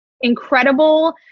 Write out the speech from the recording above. incredible